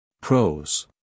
Pros